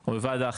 או בוועדה אחרת,